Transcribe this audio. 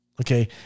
Okay